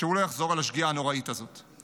שהוא לא יחזור על השגיאה הנוראית הזאת.